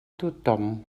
tothom